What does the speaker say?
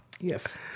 Yes